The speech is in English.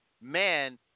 man